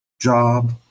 job